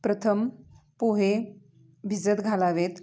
प्रथम पोहे भिजत घालावेत